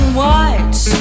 white